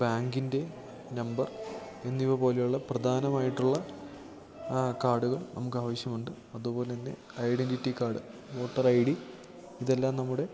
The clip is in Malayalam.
ബാങ്കിൻ്റെ നമ്പർ എന്നിവപോലെയുള്ള പ്രധാനമായിട്ടുള്ള കാർഡുകൾ നമുക്കാവശ്യമുണ്ട് അതുപോലെത്തന്നെ identity card voter I D ഇതെല്ലാം നമ്മുടെ